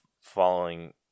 following